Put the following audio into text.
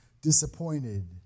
disappointed